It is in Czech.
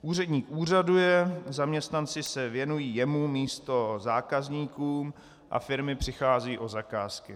Úředník úřaduje, zaměstnanci se věnují jemu místo zákazníkům a firmy přicházejí o zakázky.